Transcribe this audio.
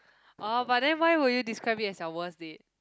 orh but then why would you describe it as your worst date